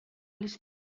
les